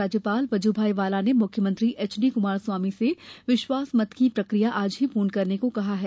राज्यपाल वजुभाई बाला ने मुख्यमंत्री एचडी कुमार स्वामी से विश्वास मत की प्रक्रिया आज ही पूर्ण करने को कहा है